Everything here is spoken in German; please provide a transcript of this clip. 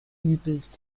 übels